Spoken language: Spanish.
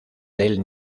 del